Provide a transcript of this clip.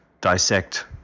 Dissect